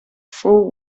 fou